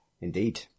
indeed